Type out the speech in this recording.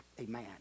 Amen